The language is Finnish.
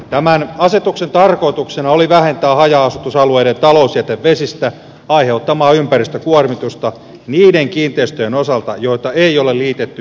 tämän asetuksen tarkoituksena oli vähentää haja asutusalueiden talousjätevesistä aiheutuvaa ympäristökuormitusta niiden kiinteistöjen osalta joita ei ole liitetty yleiseen viemäriverkostoon